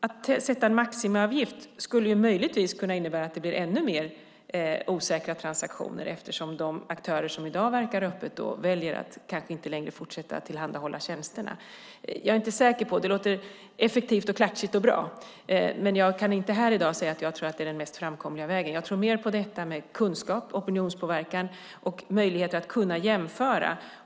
Att sätta en maximiavgift skulle möjligtvis kunna innebära att det blir ännu mer osäkra transaktioner eftersom de aktörer som i dag verkar öppet då kanske väljer att inte längre fortsätta att tillhandahålla tjänsterna. Det låter effektivt, klatschigt och bra, men jag kan inte här i dag säga att jag tror att det är den mest framkomliga vägen. Jag tror mer på kunskap, opinionspåverkan och möjligheter att jämföra.